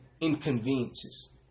inconveniences